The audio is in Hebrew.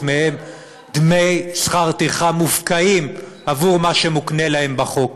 מהם דמי שכר טרחה מופקעים עבור מה שמוקנה להם בחוק.